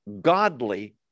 godly